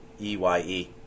EYE